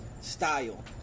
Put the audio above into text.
style